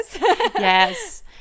Yes